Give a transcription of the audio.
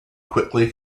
quickly